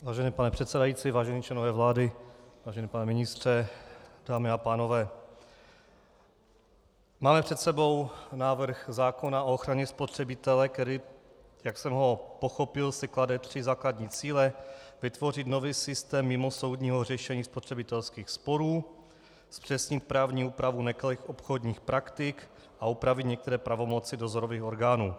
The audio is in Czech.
Vážený pane předsedající, vážení členové vlády, vážený pane ministře, dámy a pánové, máme před sebou návrh zákona o ochraně spotřebitele, který, jak jsem ho pochopil, si klade tři základní cíle: vytvořit nový systém mimosoudního řešení spotřebitelských sporů, zpřesnit právní úpravu nekalých obchodních praktik a upravit některé pravomoci dozorových orgánů.